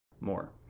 more